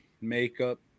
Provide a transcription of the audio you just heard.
makeup